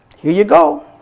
you you go.